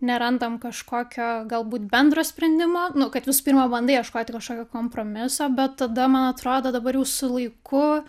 nerandam kažkokio galbūt bendro sprendimo nu kad visų pirma bandai ieškot kažkokio kompromiso bet tada man atrodo dabar jau su laiku